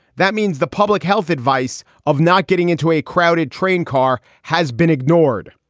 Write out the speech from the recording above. that means the public health advice of not getting into a crowded train car has been ignored.